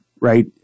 right